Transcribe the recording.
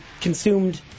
consumed